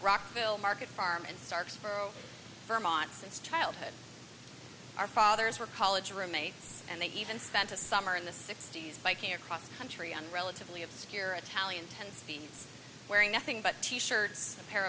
rockville market farm and starks for over vermont since childhood our fathers were college roommates and they even spent a summer in the sixties by care cross country and relatively obscure italian tends to be wearing nothing but t shirts a pair